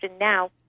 now